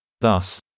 Thus